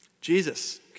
Jesus